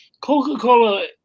Coca-Cola